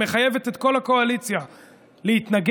שמחייבת את כל הקואליציה להתנגד,